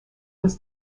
was